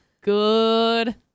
good